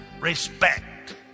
respect